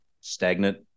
stagnant